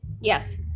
Yes